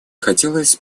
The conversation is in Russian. хотелось